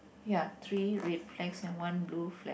ya three red flags and one blue flag